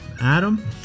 Adam